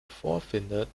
vorfindet